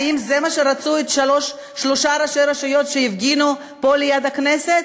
האם זה מה שרצו שלושת ראשי הרשויות שהפגינו פה ליד הכנסת?